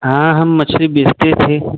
हाँ हम मछली बेचते थे